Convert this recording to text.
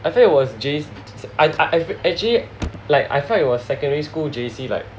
I felt it was J~ I I actually like I felt it was secondary school J_C like